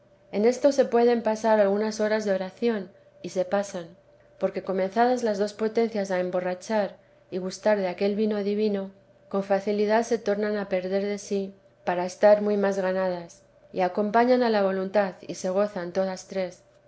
en esto se pueden pasar algunas horas de o'ración y se pasan porque comenzadas las dos potencias a emborrachar y gustar de aquel vino divino con facilidad se tornan a perder de sí para estar muy más ganadas y acompañan a la voluntad y se gozan todas tres